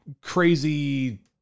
crazy